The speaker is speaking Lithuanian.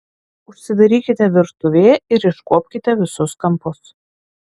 užsidarykite virtuvėje ir iškuopkite visus kampus